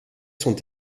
sont